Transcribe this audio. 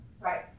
Right